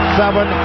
seven